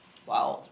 !wow!